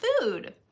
food